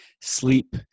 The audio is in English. Sleep